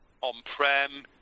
on-prem